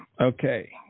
Okay